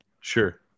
Sure